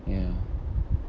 ya